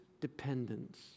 dependence